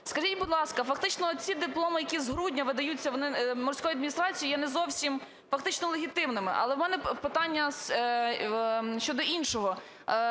Скажіть, будь ласка, фактично ці дипломи, які з грудня видаються видаються Морською адміністрацією, є не зовсім фактично легітимними. Але у мене питання щодо іншого,